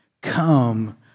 come